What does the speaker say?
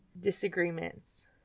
disagreements